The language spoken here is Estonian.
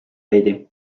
veidi